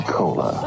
cola